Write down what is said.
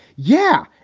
yeah.